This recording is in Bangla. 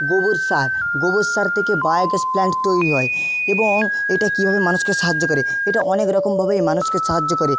গোবর সার গোবর সার থেকে বায়োগ্যাস প্ল্যান্ট তৈরি হয় এবং এটা কীভাবে মানুষকে সাহায্য করে এটা অনেক রকমভাবেই মানুষকে সাহায্য করে